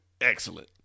Excellent